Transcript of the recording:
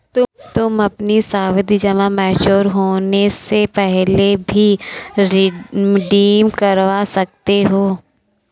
तुम अपनी सावधि जमा मैच्योर होने से पहले भी रिडीम करवा सकते हो